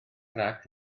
grac